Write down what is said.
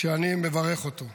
אני מברך עליו.